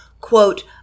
quote